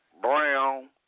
brown